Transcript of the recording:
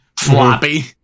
Floppy